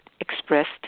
expressed